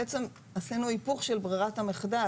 בעצם עשינו היפוך של ברירת המחדל.